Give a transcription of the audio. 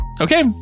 Okay